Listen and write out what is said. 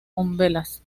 umbelas